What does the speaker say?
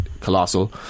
colossal